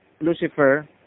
Lucifer